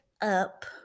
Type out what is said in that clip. up